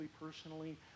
personally